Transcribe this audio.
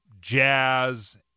jazz